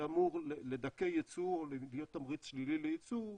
זה אמור לדכא יצוא או להיות תמריץ שלילי ליצוא,